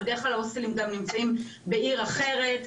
בדרך כלל ההוסטלים גם נמצאים בעיר אחרת,